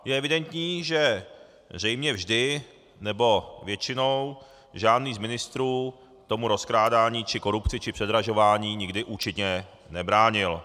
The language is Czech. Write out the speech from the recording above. Je evidentní, že zřejmě vždy, nebo většinou, žádný z ministrů tomu rozkrádání či korupci či předražování nikdy účinně nebránil.